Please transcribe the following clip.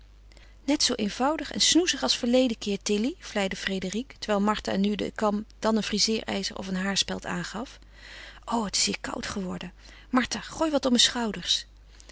net zoo eenvoudig en snoezig als verleden keer tilly vleide frédérique terwijl martha nu de kam dan een frizeerijzer of een haarspeld aangaf o het is hier koud geworden martha gooi wat om mijn schouders